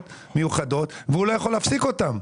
מיוחדות והוא לא יכול להפסיק אותם.